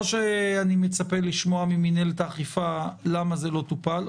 או שאני מצפה לשמוע ממינהלת האכיפה למה זה לא טופל,